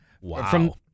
Wow